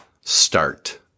Start